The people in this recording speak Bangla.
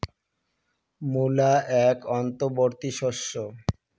মূলা এক অন্তবর্তী শস্য